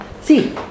see